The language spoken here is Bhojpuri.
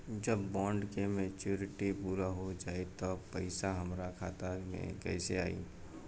जब बॉन्ड के मेचूरिटि पूरा हो जायी त पईसा हमरा खाता मे कैसे आई?